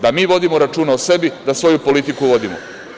Da mi vodimo računa o sebi, da svoju politiku vodimo.